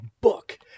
book